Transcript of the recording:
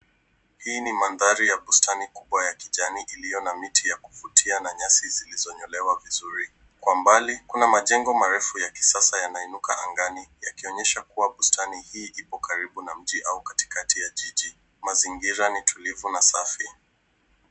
Hii ni mandhari ya bustani kubwa ya kijani iliyo na miti ya kuvutia na nyasi zilizonyolewa vizuri. Kwa mbali kuna majengo marefu ya kisasa yanainuka angani yakionyesha kuwa bustani hii ipo karibu na mji au katikati ya jiji. Mazingira ni tulivu na safi.